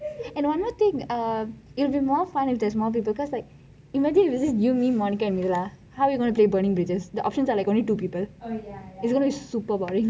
and one more thing ah it'll be more fun if there's more people cause like imagine if it is just you monica and mela how are we going to play burning bridges the options are going to be like two people it is going to be super boring